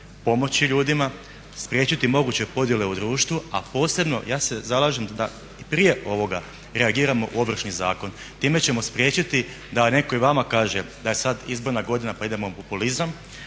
pomoći ljudima, spriječiti moguće podjele u društvu, a posebno ja se zalažem da prije ovoga reagiramo u Ovršni zakon. Time ćemo spriječiti da netko i vama kaže da je sad izborna godina pa idemo … populizam,